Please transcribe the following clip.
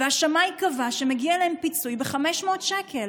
והשמאי קבע שמגיע להם פיצוי של 500 שקל.